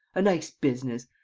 a nice business!